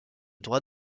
droit